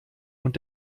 und